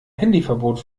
handyverbot